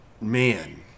man